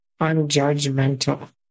unjudgmental